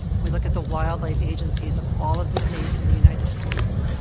if we look at the wildlife agencies of all of the states in the united states,